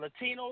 Latinos